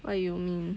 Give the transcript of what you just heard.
what do you mean